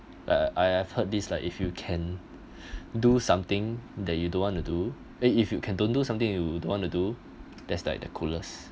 uh I've heard this like if you can do something that you don't want to do if you can don't do something you don't want to do that's like the coolest